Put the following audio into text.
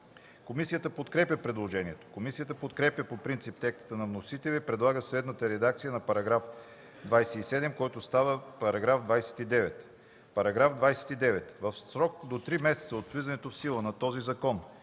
Комисията подкрепя предложението. Комисията подкрепя по принцип текста на вносителя и предлага следната редакция за § 27, който става § 29: „§ 29. В срок до три месеца от влизането в сила на този закон